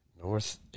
North